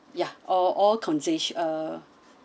yeah or all consists uh